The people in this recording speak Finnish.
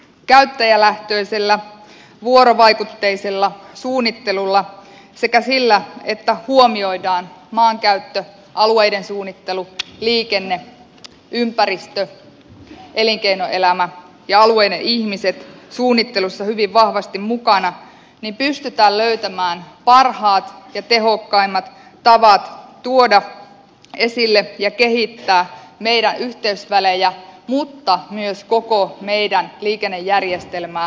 käyttäjälähtöisellä vuorovaikutteisella suunnittelulla sekä sillä että huomioidaan maankäyttö alueiden suunnittelu liikenne ympäristö elinkeinoelämä ja alueiden ihmiset suunnittelussa hyvin vahvasti pystytään löytämään parhaat ja tehokkaimmat tavat tuoda esille ja kehittää meidän yhteysvälejämme mutta myös koko meidän liikennejärjestelmäämme kokonaisuutena